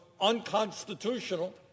unconstitutional